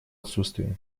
отсутствие